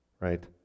Right